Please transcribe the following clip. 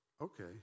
okay